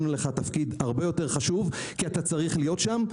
לך תפקיד הרבה יותר חשוב כי אתה צריך להיות שם.